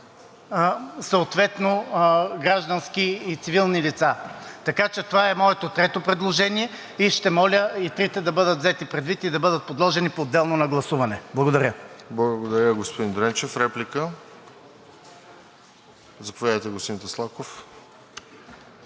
съответно срещу граждански и цивилни лица. Така че това е моето трето предложение. Ще помоля и трите да бъдат взети предвид и да бъдат подложени поотделно на гласуване. Благодаря. ПРЕДСЕДАТЕЛ РОСЕН ЖЕЛЯЗКОВ: Благодаря, господин Дренчев. Реплика? Заповядайте, господин Таслаков.